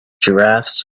giraffes